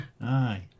Aye